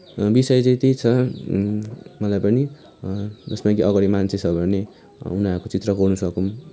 विषय चाहिँ त्यही छ मलाई पनि जसमा कि अगाडि मान्छे छ भने उनीहरूको चित्र कोर्नु सकौँ